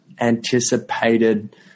anticipated